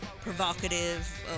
provocative